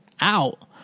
out